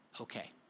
okay